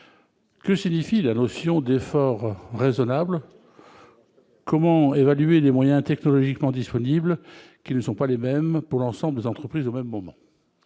que s'édifie la notion d'effort raisonnables: comment évaluer les moyens technologiquement disponible qui ne sont pas les mêmes pour l'ensemble des entreprises au même moment